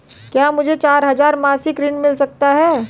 क्या मुझे चार हजार मासिक ऋण मिल सकता है?